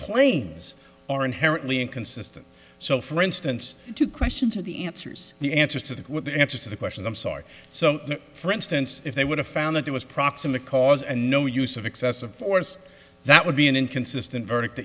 ms are inherently inconsistent so for instance two questions are the answers the answers to the answers to the questions i'm sorry so for instance if they would have found that there was proximate cause and no use of excessive force that would be an inconsistent verdict